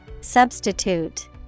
Substitute